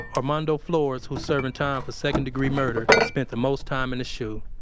armando flores, who's serving time for second-degree murder spent the most time in the shu,